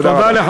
תודה רבה.